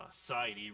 society